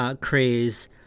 craze